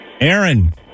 Aaron